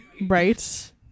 Right